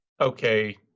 okay